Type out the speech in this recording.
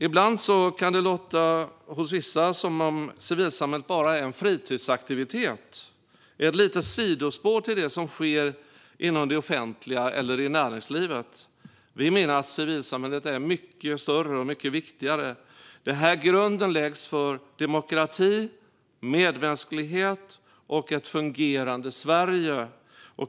Ibland kan det hos vissa låta som att civilsamhället bara är en fritidsaktivitet, ett litet sidospår till det som sker inom det offentliga eller i näringslivet. Vi menar att civilsamhället är mycket större och mycket viktigare. Det är här grunden läggs för demokrati, medmänsklighet och ett fungerande Sverige.